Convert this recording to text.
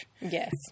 Yes